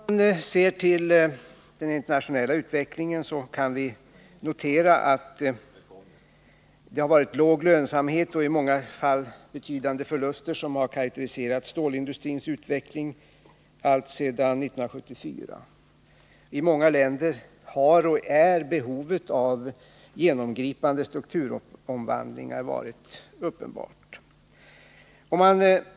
Herr talman! Inledningsvis vill jag notera den grundläggande enighet som utskottsbetänkandena visar. Det är lovande att det inom utskottet i allt väsentligt i de frågor som behandlas i dag finns en överensstämmelse i värderingarna av situationen för t.ex. stålindustrin. Om vi ser till den internationella utvecklingen kan vi notera att det har varit låg lönsamhet och i många fall betydande förluster som har karakteriserat storindustrins utveckling alltsedan 1974. Behovet av genomgripande strukturomvandling har varit och är uppenbart i många länder.